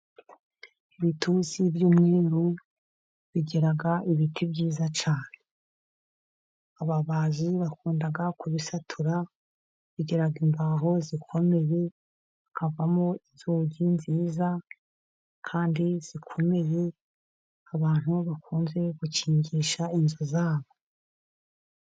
Ibitusi by'umweru bigira ibiti byiza cyane. Ababaji bakunda kubisatura, bigira imbaho zikomeye, hakavamo inzugi nziza kandi zikomeye, abantu bakunze gukingisha inzu zabo.